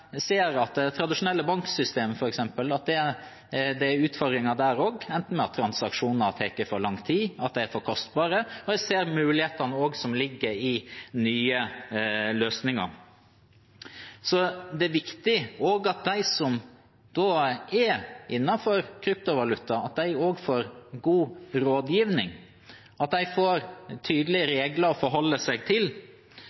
det er utfordringer i det tradisjonelle banksystemet enten med at transaksjoner har tatt for lang tid, at det er for kostbart, eller at de ser mulighetene som ligger i nye løsninger. Det er viktig at de som opererer innenfor kryptovaluta, får god rådgivning – at de får tydelige